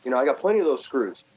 you know i got plenty of those screws.